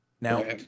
Now